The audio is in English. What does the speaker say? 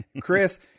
Chris